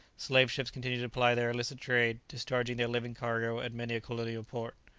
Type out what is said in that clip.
slave-ships continued to ply their illicit trade, discharging their living cargo at many a colonial port.